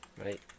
Right